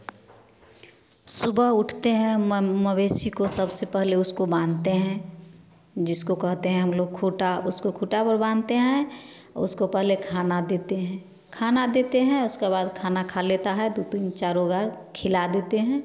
सुबह उठते हैं मवेशी को सबसे पहले उसको बाँधते हैं जिसको कहते हैं हम लोग खूँटा उसको खूँटा पर बाँधते हैं उसको पहले खाना देते हैं खाना देते हैं उसके बाद खाना खा लेता हैं दो तीन बार खिला देतें है